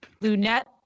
Lunette